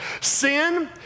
Sin